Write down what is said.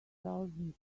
thousand